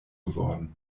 geworden